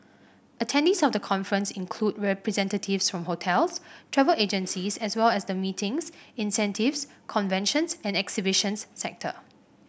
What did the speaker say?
attendees of the conference include representatives from hotels travel agencies as well as the meetings incentives conventions and exhibitions sector